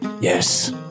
Yes